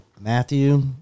Matthew